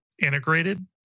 integrated